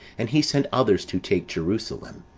and he sent others to take jerusalem,